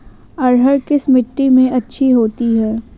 अरहर किस मिट्टी में अच्छी होती है?